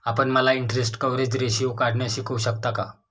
आपण मला interest coverage ratio काढण्यास शिकवू शकता का?